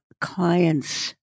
clients